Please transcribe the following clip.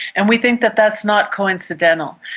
and we think that that's not coincidental,